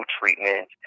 treatment